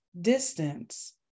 distance